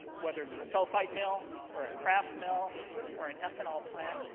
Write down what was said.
whether it's a sulphite mill or a craft mill or an ethanol plant,